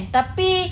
Tapi